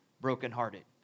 Brokenhearted